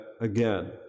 again